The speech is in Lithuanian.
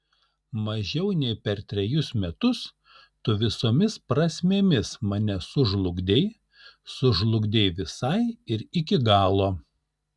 mažiau nei per trejus metus tu visomis prasmėmis mane sužlugdei sužlugdei visai ir iki galo